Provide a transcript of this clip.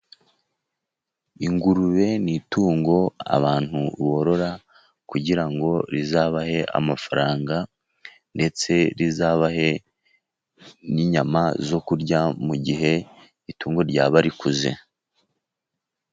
Ingurube ni itungo abantu borora kugira ngo rizabahe amafaranga, ndetse rizabahe n'inyama zo kurya mu gihe itungo ryaba rikuze.